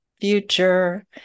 future